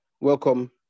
Welcome